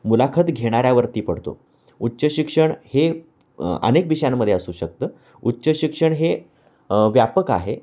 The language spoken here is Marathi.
मुलाखत घेणाऱ्यावरती पडतो उच्च शिक्षण हे अनेक विषयांमध्ये असू शकतं उच्च शिक्षण हे व्यापक आहे